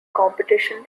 competition